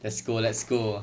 let's go let's go